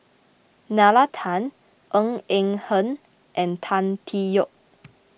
Nalla Tan Ng Eng Hen and Tan Tee Yoke